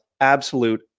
absolute